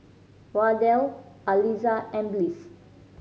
Wardell Aliza and Bliss